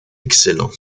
excellent